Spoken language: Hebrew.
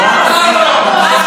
הוא לא מפסיק להעיר.